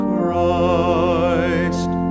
Christ